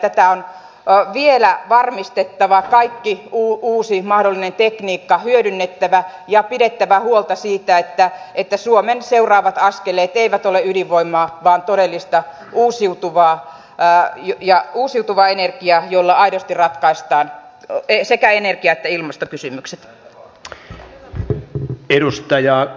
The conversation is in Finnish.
tätä on vielä varmistettava kaikki mahdollinen uusi tekniikka hyödynnettävä ja pidettävä huolta siitä että suomen seuraavat askeleet eivät ole ydinvoimaa vaan todellista uusiutuvaa energiaa jolla aidosti ratkaistaan sekä energia että ilmastokysymykset